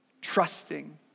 Trusting